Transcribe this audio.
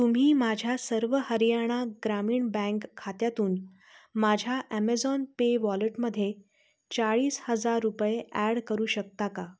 तुम्ही माझ्या सर्व हरियाणा ग्रामीण बँक खात्यातून माझ्या ॲमेझॉन पे वॉलेटमध्ये चाळीस हजार रुपये ॲड करू शकता का